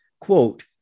quote